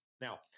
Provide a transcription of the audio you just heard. Now